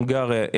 הונגריה.